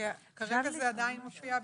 מופיע באתר.